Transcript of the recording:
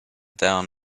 down